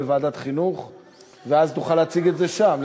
אתה צריך להתבייש, תלמד מה עשה האדם,